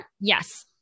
Yes